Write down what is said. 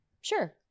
Sure